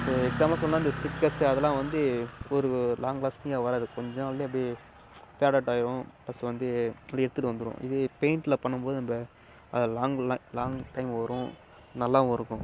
இப்போது எக்ஸாம்பிளாக சொன்னால் இந்த ஸ்டிக்கர்ஸு அதெல்லாம் வந்து ஒரு லாங் லாஸ்டிங்காக வராது கொஞ்சம் வந்து அப்படியே ஃபேட் அவுட் ஆயிடும் ப்ளஸ் வந்து அது எடுத்துகிட்டு வந்துடும் இதுவே பெயிண்ட்டில் பண்ணும்போது நம்ம அது லாங் லாங் டைம் வரும் நல்லாவும் இருக்கும்